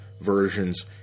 versions